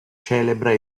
celebra